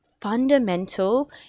fundamental